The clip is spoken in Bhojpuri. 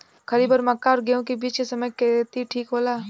खरीफ और मक्का और गेंहू के बीच के समय खेती ठीक होला?